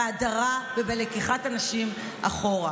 בהדרה ובלקיחת הנשים אחורה.